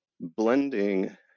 Blending